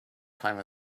time